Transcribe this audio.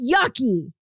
yucky